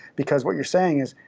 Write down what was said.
because what you're saying is,